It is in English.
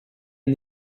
and